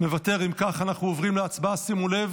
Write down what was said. אינו נוכח, חבר הכנסת צבי ידידיה סוכות,